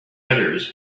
others